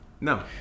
No